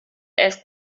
ask